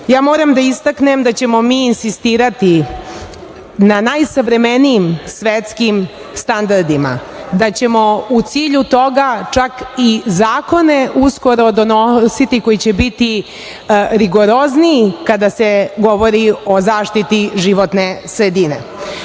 poena. Moram da istaknem da ćemo mi insistirati na najsavremenijim svetskim standardima, da ćemo u cilju toga čak i zakone uskoro donositi koji će biti rigorozniji kada se govori o zaštiti životne sredine. Moraju